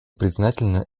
признательна